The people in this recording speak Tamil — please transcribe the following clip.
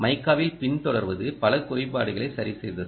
மைக்காவில் பின்தொடர்வது பல குறைபாடுகளை சரிசெய்தது